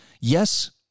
yes